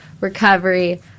recovery